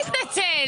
מי יתנצל?